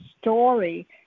story